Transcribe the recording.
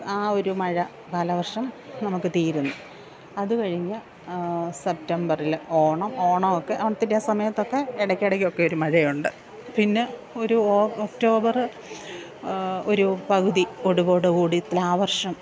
ആ ഒരു മഴ കാലവര്ഷം നമുക്ക് തീരുന്നു അതുകഴിഞ്ഞ് സെപ്റ്റംബറിൽ ഓണം ഓണമൊക്കെ ഓണത്തിന്റെ ആ സമയത്തൊക്കെ ഇടയ്ക്കിടയ്ക്കൊക്കെ ഒരു മഴയുണ്ട് പിന്നെ ഒരു ഒക്ടോബർ ഒരു പകുതിയോടുകൂടി തുലാവര്ഷം